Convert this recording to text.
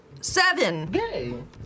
Seven